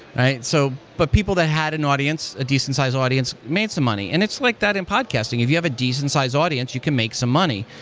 so but people that had an audience, ah decent size audience, made some money, and it's like that in podcasting. if you have a decent size audience, you can make some money.